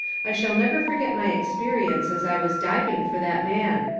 i shall never forget my experience as i was diving for that man.